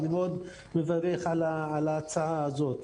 אני מברך על ההצעה הזו.